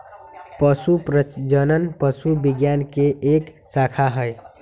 पशु प्रजनन पशु विज्ञान के एक शाखा हई